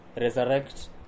resurrect